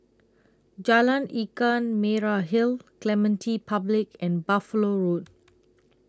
Jalan Ikan Merah Hill Clementi Public and Buffalo Road